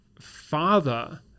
father